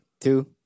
Two